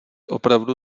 opravdu